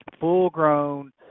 full-grown